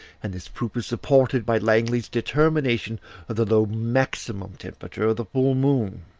and this proof is supported by langley's determination of the low maximum temperature of the full moon.